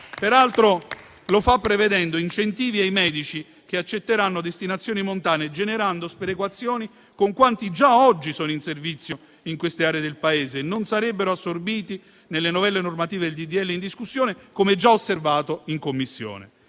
Peraltro, lo fa prevedendo incentivi ai medici che accetteranno destinazioni montane, generando sperequazioni con quanti già oggi sono in servizio in queste aree del Paese, che non sarebbero assorbiti nelle novelle normative del disegno di legge in discussione, come già osservato in Commissione.